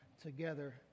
together